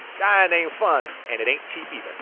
dying ain't fun, and it ain't cheap,